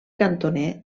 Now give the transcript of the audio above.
cantoner